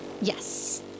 Yes